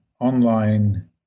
online